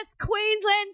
Queensland